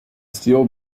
steel